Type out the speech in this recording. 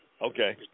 Okay